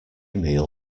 meal